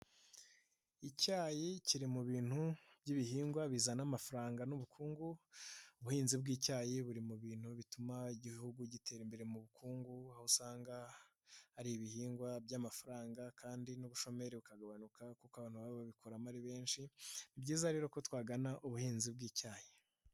Icyayi kiri mu bintu by'ibihingwa bizana amafaranga n'ubukungu, ubuhinzi bw'icyayi buri mu bintu bituma Igihugu gitera imbere mu bukungu, aho usanga ari ibihingwa by'amafaranga kandi n'ubushomeri bukagabanuka kuko abantu baba babikoramo ari benshi, ni byiza rero ko twagana ubuhinzi bw'icyayi.